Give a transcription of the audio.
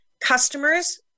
customers